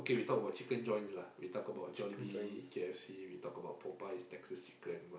we talk about chicken joints lah we talk about Jollibee K_F_C we talk about Popeyes Texas chicken